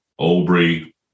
Albury